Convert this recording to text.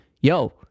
yo